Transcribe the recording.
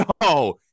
no